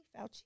Fauci